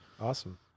Awesome